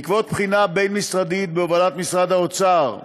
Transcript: בעקבות בחינה בין-משרדית, בהובלת משרד האוצר,